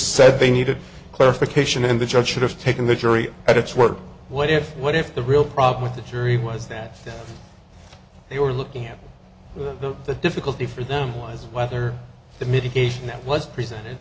said they needed clarification and the judge should have taken the jury at its word what if what if the real problem with the jury was that they were looking at the difficulty for them lies whether the mitigation that was presented